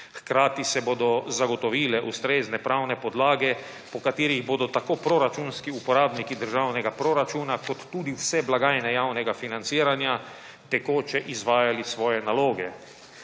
Hkrati se bodo zagotovile ustrezne pravne podlage, po katerih bodo tako proračunski uporabniki državnega proračuna kot tudi vse blagajne javnega financiranja tekoče izvajali svoje naloge.